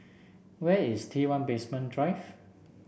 where is T one Basement Drive